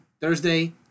thursday